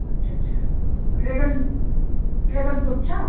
अच्छा अच्छा dragon dragon fruit छ